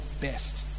best